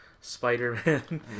Spider-Man